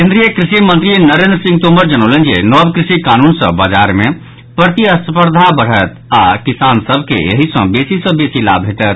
केंद्रीय कृषि मंत्री नरेंद्र सिंह तोमर जनौलनि जे नव कृषि कानून सँ बाजार मे प्रतिस्पर्धा बढ़त आओर किसान सभ के एहि सँ बेसी सँ बेसी लाभ भेटत